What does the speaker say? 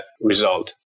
result